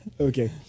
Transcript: okay